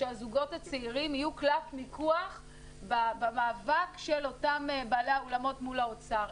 שהזוגות הצעירים יהיו קלף מיקוח במאבק של אותם בעלי אולמות מול האוצר.